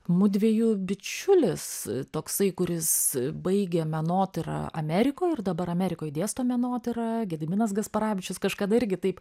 mudviejų bičiulis toksai kuris baigė menotyrą amerikoj ir dabar amerikoj dėsto menotyrą gediminas gasparavičius kažkada irgi taip